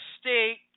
state